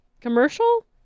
commercial